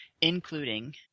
including